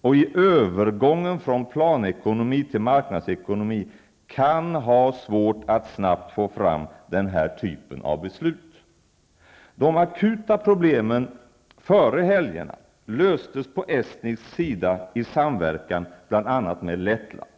och i övergången från planekonomi till marknadsekonomi kan ha svårt att snabbt få fram den här typen av beslut. De akuta problemen före helgerna löstes på estnisk sida i samverkan med bl.a. Lettland.